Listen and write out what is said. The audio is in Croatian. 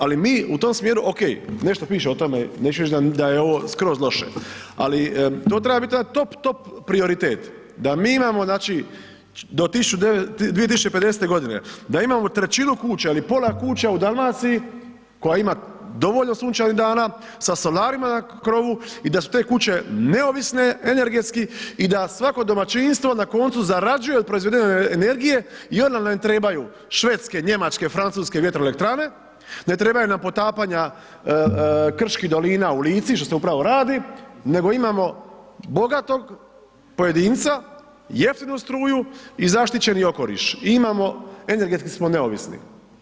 Ali mi u tom smjeru, okej, nešto piše o tome, neću reć da je ovo skroz loše ali to treba bit top, top prioritet, da mi imamo znači do 2050. g., da imamo 1/3 kuća ili pola kuća u Dalmaciji koja ima dovoljno sunčanih dana, sa solarima na krovu i da su te kuće neovisne energetski i da svako domaćinstvo na koncu zarađuje o proizvedene energije i onda nam ne trebaju švedske, njemačke, francuske vjetroelektrane, ne trebaju nam potapanja krčkih dolina u Lici što se upravo radi, nego imamo bogatog pojedinca, jeftinu struju i zaštićeni okoliš i imamo, energetski smo neovisni.